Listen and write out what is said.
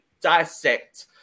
dissect